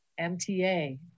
MTA